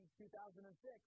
2006